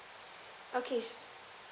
okay